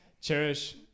Cherish